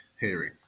hearing